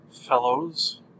fellows